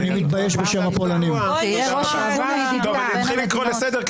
--- אני אתחיל לקרוא לסדר,